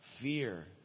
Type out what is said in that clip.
fear